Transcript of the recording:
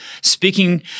speaking